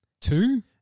two